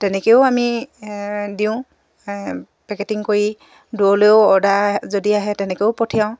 তেনেকৈও আমি দিওঁ পেকেটিং কৰি দূৰলৈও অৰ্ডাৰ যদি আহে তেনেকৈও পঠিয়াওঁ